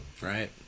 right